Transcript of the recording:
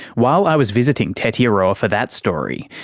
while i was visiting tetiaroa for that story,